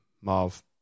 Marv